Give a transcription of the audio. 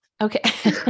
Okay